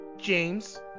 James